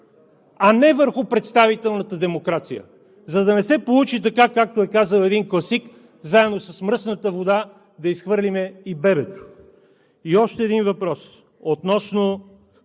а не върху представителната демокрация, за да не се получи така, както е казал един класик: заедно с мръсната вода да изхвърлим и бебето. И още един въпрос относно